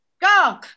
Go